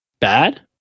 bad